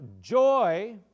joy